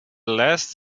last